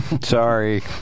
Sorry